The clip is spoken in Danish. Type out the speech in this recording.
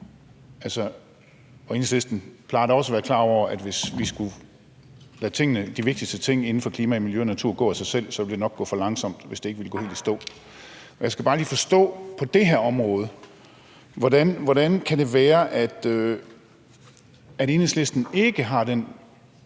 Og Enhedslisten plejer da også at være klar over, at hvis vi skulle lade det gå af sig selv med de vigtigste ting inden for klima, miljø og natur, ville det nok gå for langsomt, hvis ikke det ville gå helt i stå. Jeg skal bare lige forstå noget på det her område: Hvordan kan det være, at Enhedslisten ikke har den